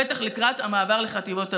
בטח לקראת המעבר לחטיבות הביניים.